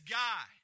guy